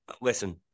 Listen